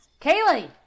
Kaylee